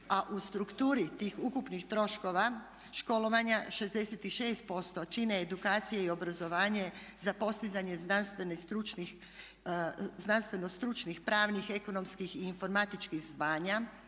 a u strukturi tih ukupnih troškova školovanja 66% čini edukacije i obrazovanje za postizanje znanstveno, stručnih pravnih, ekonomskih i informatičkih zvanja